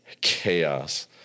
chaos